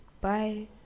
Bye